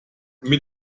mit